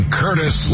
curtis